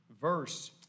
verse